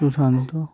Sushant